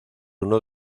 uno